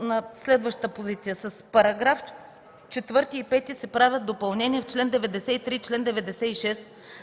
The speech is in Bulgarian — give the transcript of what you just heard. На следваща позиция: с § 4 и 5 се правят допълнения в чл. 93 и чл. 96,